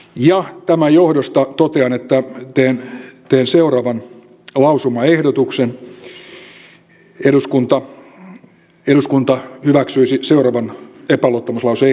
tämän johdosta totean että teen seuraavan lausumaehdotuksen esitän että eduskunta hyväksyisi seuraavan epäluottamuslause ehdotuksen